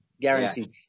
guaranteed